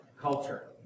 culture